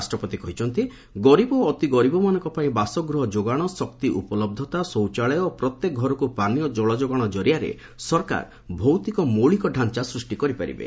ରାଷ୍ଟ୍ରପତି କହିଛନ୍ତି ଗରିବ ଓ ଅତି ଗରିବମାନଙ୍କ ପାଇଁ ବାସଗୃହ ଯୋଗାଣ ଶକ୍ତି ଉପଲହ୍ଧତା ଶୌଚାଳୟ ଓ ପ୍ରତ୍ୟେକ ଘରକୁ ପାନୀୟ ଜଳଯୋଗାଣ କରିଆରେ ସରକାର ଭୌତିକ ମୌଳିକ ଢାଞ୍ଚା ସୃଷ୍ଟି କରିପାରିବେ